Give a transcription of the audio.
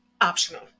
optional